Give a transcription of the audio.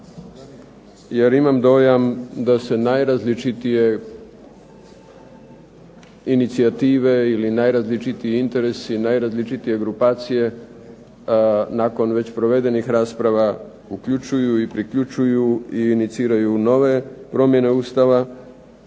Jer imam dojam da se najrazličitije inicijative ili najrazličitiji interesi, najrazličitije grupacije nakon već provedenih rasprava uključuju i priključuju i iniciraju nove promjene Ustava,